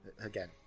Again